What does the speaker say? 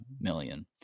million